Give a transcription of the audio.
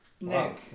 Nick